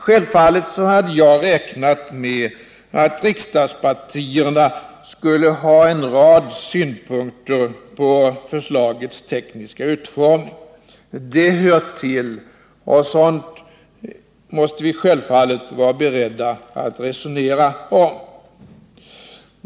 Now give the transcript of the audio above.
Självfallet hade jag räknat med att riksdagspartierna skulle ha en rad synpunkter på förslagets tekniska utformning. Det hör till och sådant måste vi naturligtvis vara beredda att resonera om.